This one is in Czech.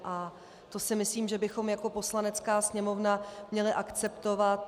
A to si myslím, že bychom jako Poslanecká sněmovna měli akceptovat.